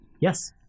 Yes